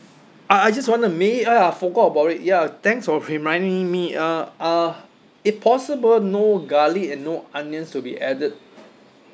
uh I just want to ma~ !aiya! forgot about it ya thanks for reminding me uh uh if possible no garlic and no onions to be added